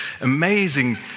amazing